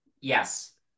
Yes